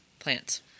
Plants